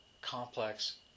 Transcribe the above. complex